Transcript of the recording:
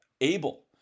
able